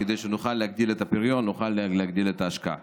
כדי שנוכל להגדיל את הפריון ונוכל להגדיל את ההשקעה.